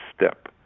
step